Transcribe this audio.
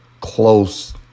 close